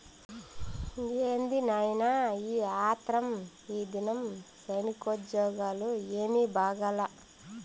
ఏంది నాయినా ఈ ఆత్రం, ఈదినం సైనికోజ్జోగాలు ఏమీ బాగాలా